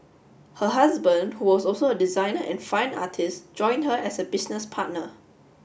her husband who was also a designer and fine artist joined her as a business partner